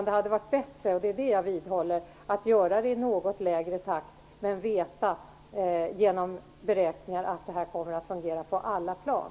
Det hade varit bättre, det vidhåller jag, att göra det här i något lägre takt men genom beräkningar veta att det kommer att fungera på alla plan.